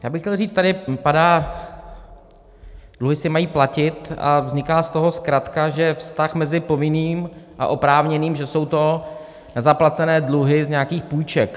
Já bych chtěl říct, tady padá: dluhy se mají platit a vzniká z toho zkratka, že vztah mezi povinným a oprávněným, že jsou to nezaplacené dluhy z nějakých půjček.